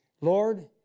Lord